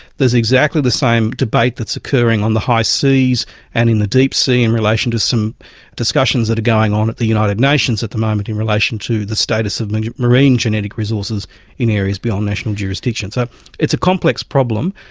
is exactly the same debate that is occurring on the high seas and in the deep sea in relation to some discussions that are going on at the united nations at the moment in relation to the status of marine genetic resources in areas beyond national jurisdiction. so it's a complex problem,